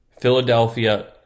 Philadelphia